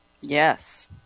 Yes